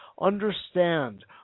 understand